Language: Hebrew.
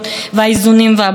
אולי היא תוכל גם לענות.